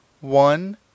one